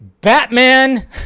Batman